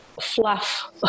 fluff